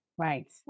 Right